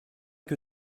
que